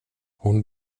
hon